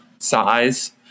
size